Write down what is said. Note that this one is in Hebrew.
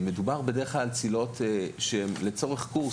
מדובר בדרך כלל על צלילות שהן לצורך קורס.